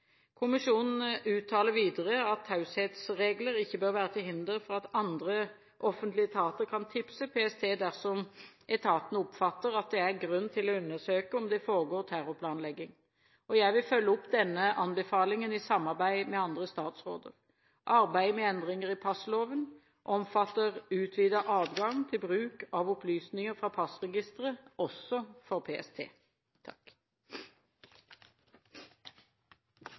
Kommisjonen uttaler videre at taushetsregler ikke bør være til hinder for at andre offentlige etater kan tipse PST, dersom etatene oppfatter at det er grunn til å undersøke om det foregår terrorplanlegging. Jeg vil følge opp denne anbefalingen i samarbeid med andre statsråder. Arbeidet med endringer i passloven omfatter utvidet adgang til bruk av opplysninger fra passregisteret, også for PST.